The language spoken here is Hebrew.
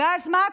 ואז מה?